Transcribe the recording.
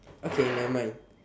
okay nevermind